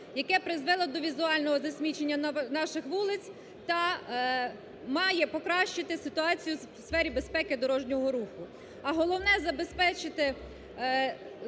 яке призвело до візуального засмічення наших вулиць та має покращити ситуацію у сфері безпеки дорожнього руху. А головне – забезпечити… заборонити